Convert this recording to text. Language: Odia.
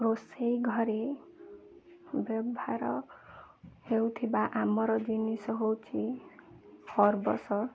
ରୋଷେଇ ଘରେ ବ୍ୟବହାର ହେଉଥିବା ଆମର ଜିନିଷ ହେଉଛି ଫର୍ବଷ